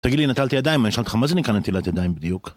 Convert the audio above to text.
תגיד לי, נטלתי ידיים? אני אשאל אותך, מה זה נטילת ידיים בדיוק?